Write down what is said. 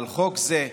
אבל חוק זה,